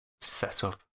setup